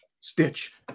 Stitch